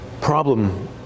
problem